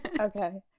Okay